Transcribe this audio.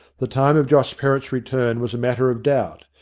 the time of josh perrott's return was a matter of doubt,